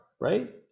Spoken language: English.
right